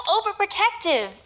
overprotective